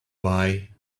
why